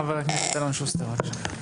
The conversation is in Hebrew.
ח"כ אלון שוסטר בבקשה.